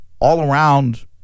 all-around